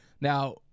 Now